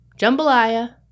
jambalaya